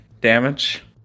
damage